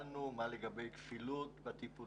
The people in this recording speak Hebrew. תאמין לי ששאלנו מה לגבי כפילות בטיפולים.